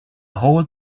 whole